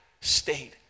state